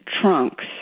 trunks